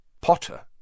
Potter